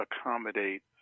accommodate